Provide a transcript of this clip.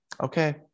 okay